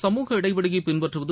சமூக இடைவெளியை பின்பற்றுவது